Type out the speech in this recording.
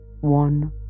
one